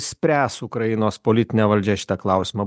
spręs ukrainos politinė valdžia šitą klausimą